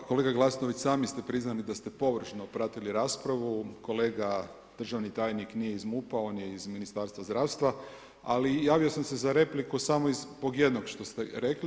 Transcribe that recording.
Pa kolega Glasnović i sami ste priznali da ste površno pratili raspravu, kolega državni tajnik nije iz MUP-a, on je iz Ministarstva zdravstva ali javio sam se za repliku samo zbog jednog što ste rekli.